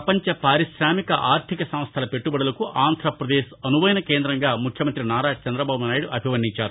పపంచ పారిశామిక ఆర్ధిక సంస్థల పెట్టుబడులకు ఆంధ్రప్రదేశ్ అనువైన కేంద్రంగా ముఖ్యమంగ్రతి నారా చంద్రబాబు నాయుడు అభివర్ణించారు